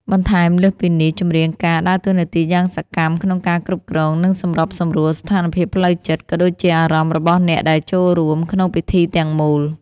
បន្ថែមលើសពីនេះ ចម្រៀងការដើរតួនាទីយ៉ាងសកម្មក្នុងការគ្រប់គ្រង និងសម្របសម្រួលស្ថានភាពផ្លូវចិត្ត ក៏ដូចជាអារម្មណ៍របស់អ្នកដែលចូលរួមក្នុងពិធីទាំងមូល។